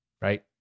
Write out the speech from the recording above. Right